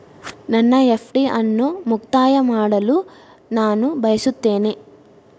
ನನ್ನ ಎಫ್.ಡಿ ಅನ್ನು ಮುಕ್ತಾಯ ಮಾಡಲು ನಾನು ಬಯಸುತ್ತೇನೆ